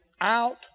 Out